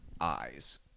eyes